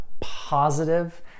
positive